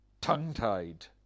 tongue-tied